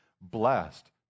blessed